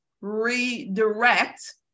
redirect